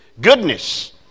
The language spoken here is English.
goodness